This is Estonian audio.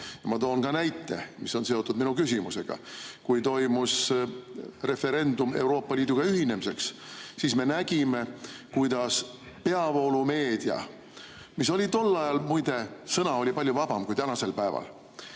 Ma toon ka näite, mis on seotud minu küsimusega. Kui toimus referendum Euroopa Liiduga ühinemiseks, siis me nägime, kuidas peavoolumeedia – tol ajal, muide, sõna oli palju vabam kui tänasel päeval